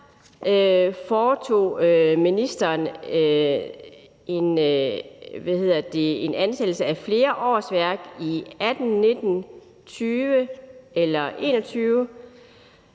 foretog ministeren en ansættelse af flere årsværk i 2018, 2019, 2020 eller 2021?